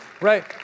right